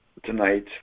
Tonight